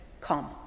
come